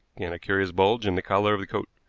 and a curious bulge in the collar of the coat.